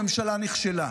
הממשלה נכשלה.